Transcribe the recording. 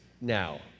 now